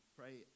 pray